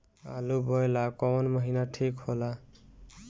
आलू बोए ला कवन महीना ठीक हो ला?